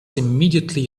immediately